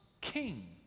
king